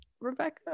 rebecca